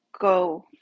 go